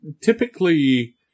typically